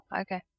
okay